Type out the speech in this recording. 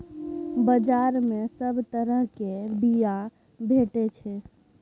बजार मे सब तरहक बीया भेटै छै